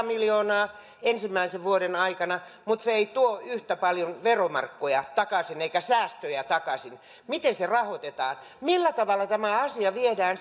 miljoonaa ensimmäisen vuoden aikana mutta se ei tuo yhtä paljon veromarkkoja eikä säästöjä takaisin miten se rahoitetaan millä tavalla tämä asia viedään